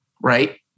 right